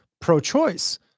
Pro-choice